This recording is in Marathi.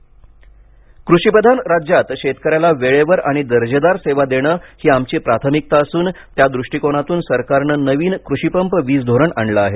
कृषी वीज धोरण कृषीप्रधान राज्यात शेतकऱ्याला वेळेवर आणि दर्जेदार सेवा देणं ही आमची प्राथमिकता असून त्या दृष्टीकोनातून सरकारनं नवीन कृषीपंप वीज धोरण आणलं आहे